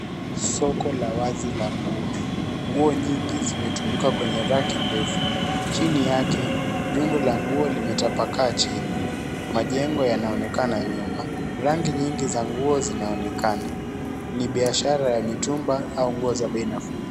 Soko la wazi la nguo. Nguo nyingi zimetundikwa kwenye raki ndefu. Chini yake, rundo la nguo limetapakaa chini. Majengo yanaonekana nyuma. Rangi nyingi za nguo zinaonekana, ni biashara ya mitumba au nguo za bei nafuu.